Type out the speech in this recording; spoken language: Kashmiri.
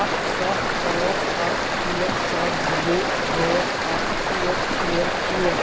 اَکھ سَتھ پانٛژھ اَکھ ژور سَتھ زٕ پانٛژھ اَکھ ژور ژور ژور